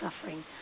suffering